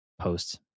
posts